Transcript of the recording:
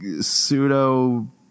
pseudo